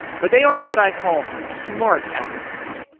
but they aren't what i call smart aggregators.